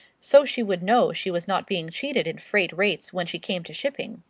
so she would know she was not being cheated in freight rates when she came to shipping.